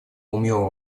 умелым